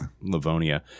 Livonia